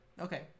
okay